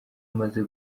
maze